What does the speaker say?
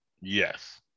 yes